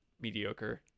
mediocre